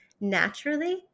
naturally